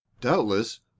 Doubtless